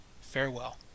Farewell